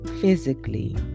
physically